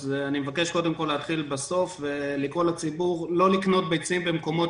אני מבקש להתחיל בסוף ולקרוא לציבור לא לקנות ביצים במקומות